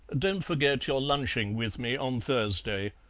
don't forget, you're lunching with me on thursday.